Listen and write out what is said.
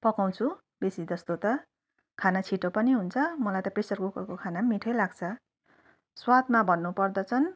पकाउँछु बेसीजस्तो त खाना छिट्टो पनि हुन्छ मलाई त प्रेसर कुकरको खाना पनि मिठै लाग्छ स्वादमा भन्नुपर्दा चाहिँ